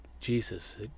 Jesus